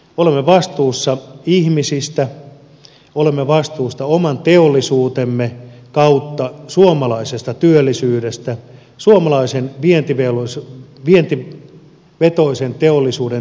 olemme vastuussa ihmisistä olemme vastuussa oman teollisuutemme kautta suomalaisesta työllisyydestä suomalaisen vientivetoisen teollisuuden työpaikoista